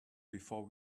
before